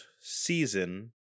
season